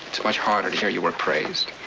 it's much harder to hear your work praised.